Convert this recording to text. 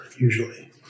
usually